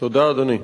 תודה, אדוני.